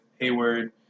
Hayward